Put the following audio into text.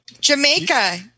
jamaica